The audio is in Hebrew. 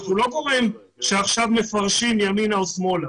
אנחנו לא גורם שעכשיו מפרש ימינה או שמאלה.